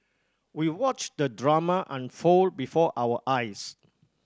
we watched the drama unfold before our eyes